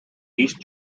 east